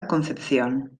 concepción